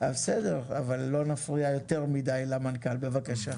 בסדר אבל לא נפריע יותר מידי למנכ"ל, בבקשה.